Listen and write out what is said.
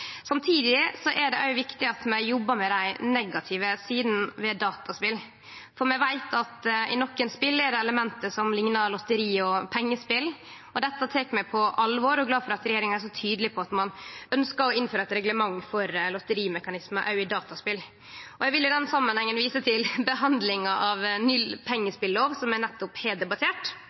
er det viktig at vi jobbar med dei negative sidene ved dataspel, for vi veit at det i nokre spel er element som liknar på lotteri og pengespel. Dette tek vi på alvor og er glade for at regjeringa er så tydeleg på at ein ønskjer å innføre eit reglement for lotterimekanismar òg i dataspel. Eg vil i den samanhengen vise til behandlinga av den nye pengespellova, som vi nettopp har debattert.